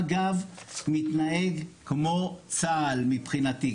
מג"ב מתנהג כמו צה"ל מבחינתי,